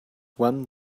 one